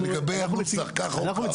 לגבי הנוסח, כך או כך.